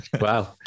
Wow